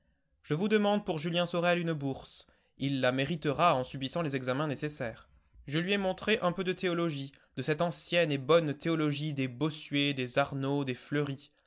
je vous demande pour julien sorel une bourse il la méritera en subissant les examens nécessaires je lui ai montré un peu de théologie de cette ancienne et bonne théologie des bossuet des arnault des fleury